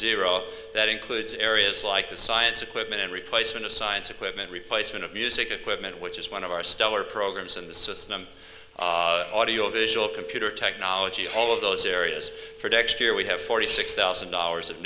zero that includes areas like the science equipment and replacement of science equipment replacement of music equipment which is one of our stellar programs in the system audio visual computer technology all of those areas for dexter we have forty six thousand dollars of